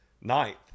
ninth